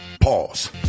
Pause